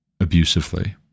abusively